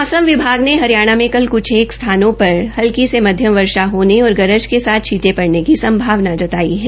मौसम विभाग ने हरियाण में कल कुछ स्थानों पर हल्की से मध्यम वर्षा होने और गरज के साथ छींटे पड़ने की संभावना जताई है